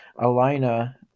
Alina